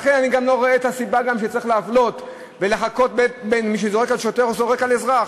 לכן אני גם לא רואה סיבה להפלות בין מי שזורק על שוטר או זורק על אזרח.